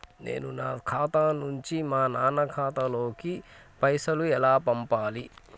నేను నా ఖాతా నుంచి మా నాన్న ఖాతా లోకి పైసలు ఎలా పంపాలి?